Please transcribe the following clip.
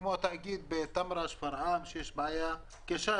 כמו התאגיד בטמרה-שפרעם שיש בו בעיה קשה,